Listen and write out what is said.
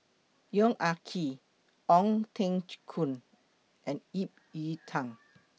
Yong Ah Kee Ong Teng Koon and Ip Yiu Tung